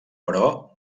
però